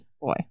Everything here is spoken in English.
boy